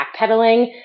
backpedaling